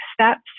steps